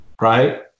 right